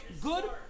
good